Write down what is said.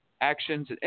Actions